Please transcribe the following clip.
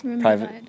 private